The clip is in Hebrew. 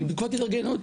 אני בתקופת התארגנות,